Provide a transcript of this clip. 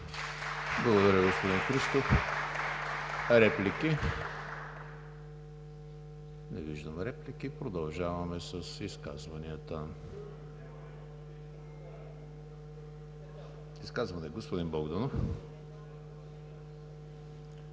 Благодаря, господин Христов. Реплики? Не виждам. Продължаваме с изказванията. Господин Богданов.